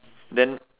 then